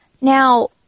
Now